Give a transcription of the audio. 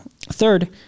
Third